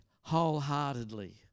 wholeheartedly